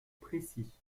précis